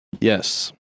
Yes